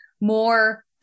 more